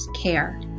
care